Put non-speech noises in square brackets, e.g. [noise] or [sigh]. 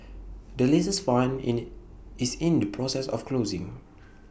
the latest fund in [unintelligible] is in the process of closing [noise]